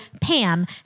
PAM